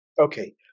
okay